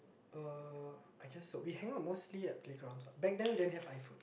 uh I guess so we hang out mostly at playgrounds ah back then we didn't have iPhone